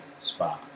spa